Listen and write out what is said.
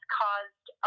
caused